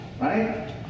Right